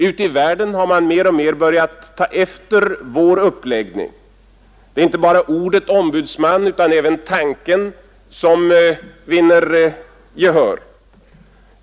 Ute i världen har man mer och mer börjat ta efter vår uppläggning. Det är inte bara ordet ombudsman som vinner gehör utan också tanken bakom ombudsmannainstitutionen.